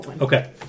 Okay